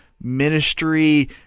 ministry